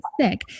sick